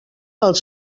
els